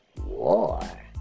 war